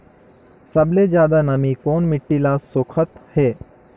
सबले ज्यादा नमी कोन मिट्टी ल सोखत हे?